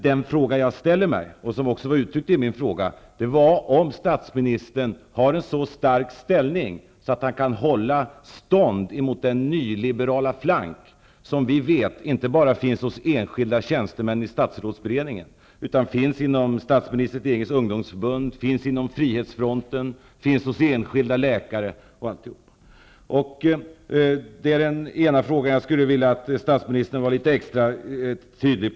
Den fråga jag ställer mig, och som också var uttryckt i min fråga, är om statsministern har en så stark ställning att han kan hålla stånd mot den nyliberala flank som inte bara finns representerad bland enskilda tjänstemän i statsrådsberedningen utan också inom statsministerns eget ungdomsförbund, Frihetsfronten och hos enskilda läkare. Det vet vi. Det är den ena punkt där jag skulle vilja att statsministern var litet extra tydlig.